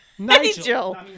Nigel